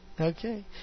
okay